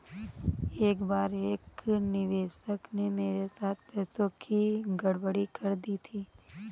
एक बार एक निवेशक ने मेरे साथ पैसों की गड़बड़ी कर दी थी